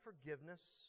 forgiveness